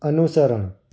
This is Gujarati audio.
અનુસરણ